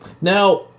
Now